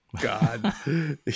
God